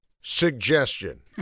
suggestion